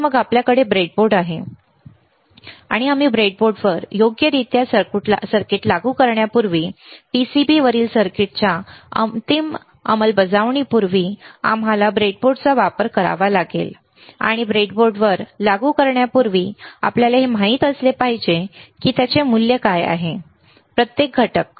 आणि मग आपल्याकडे ब्रेडबोर्ड आहे आणि आम्ही ब्रेडबोर्डवर योग्यरित्या सर्किट लागू करण्यापूर्वी PCB वरील सर्किटच्या अंतिम अंमलबजावणीपूर्वी आम्हाला ब्रेडबोर्डचा वापर करावा लागेल आणि ब्रेडबोर्डवर लागू करण्यापूर्वी आपल्याला हे माहित असले पाहिजे की त्याचे मूल्य काय आहे प्रत्येक घटक